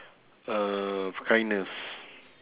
uh kindness